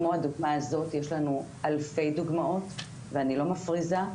כמו הדוגמה הזאת יש לנו אלפי דוגמאות ואני לא מפריזה,